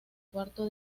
cuarto